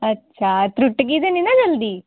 अच्छा त्रुट्टगी ते निं ना जल्दी